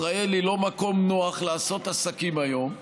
ישראל היא לא מקום נוח לעשות בו עסקים היום,